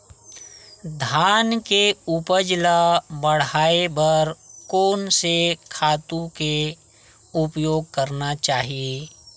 धान के उपज ल बढ़ाये बर कोन से खातु के उपयोग करना चाही?